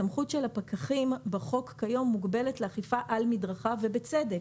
הסמכות של הפקחים בחוק כיום מוגבלת לאכיפה על מדרכה ובצדק.